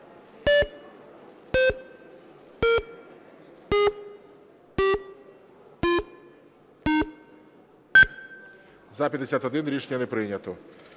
За-54 Рішення не прийнято.